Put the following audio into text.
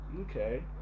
Okay